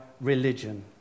religion